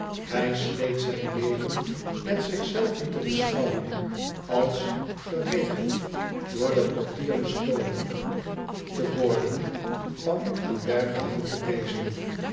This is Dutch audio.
hij sleet zijn leven met zich zelven te beschouwen als geregeld door den portier bestolen te worden van een berkenhouten bezem